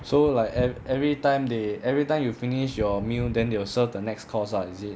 so like every every time they everytime you finish your meal then they will serve the next course lah is it